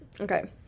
Okay